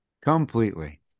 completely